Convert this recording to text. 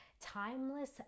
timeless